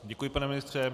Děkuji, pane ministře.